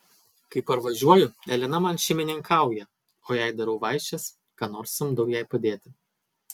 kai parvažiuoju elena man šeimininkauja o jei darau vaišes ką nors samdau jai padėti